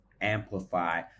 amplify